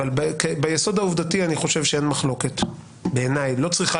אבל ביסוד העובדתי אני חושב שאין מחלוקת בעיניי לא צריכה